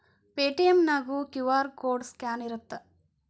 Paytm ನ್ಯಾಗು QR code scan ಇರತ್ತ